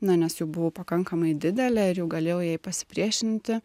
na nes jau buvau pakankamai didelė ir jau galėjau jai pasipriešinti